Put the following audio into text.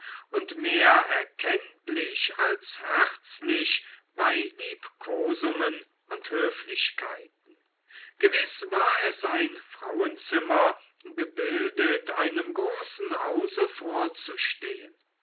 und mehr erkenntlich als herzlich bei liebkosungen und höflichkeiten gewiß war es ein frauenzimmer gebildet einem großen hause vorzustehn